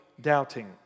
doubting